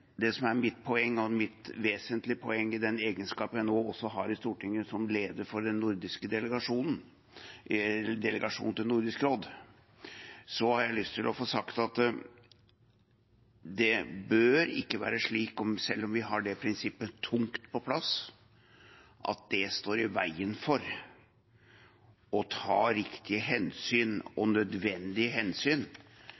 det som er mitt poeng og mitt vesentlige poeng, er: I egenskap av å være leder av den nordiske delegasjonen til Nordisk råd, har jeg lyst til å få sagt at det bør ikke være slik, selv om vi har det prinsippet tungt på plass, at det står i veien for å ta riktige og nødvendige hensyn